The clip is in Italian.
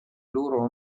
loro